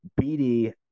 BD